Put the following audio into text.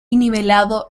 nivelado